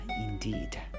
indeed